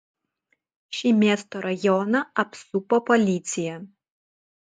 šį miesto rajoną apsupo policija